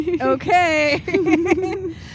Okay